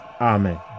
Amen